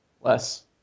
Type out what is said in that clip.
less